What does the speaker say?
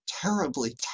terribly